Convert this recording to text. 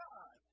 God